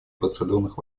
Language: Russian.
процедурных